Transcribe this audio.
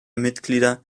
mitglieder